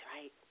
right